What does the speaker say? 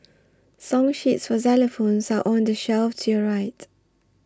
song sheets for xylophones are on the shelf to your right